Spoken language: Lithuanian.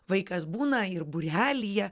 vaikas būna ir būrelyje